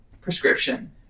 prescription